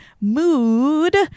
MOOD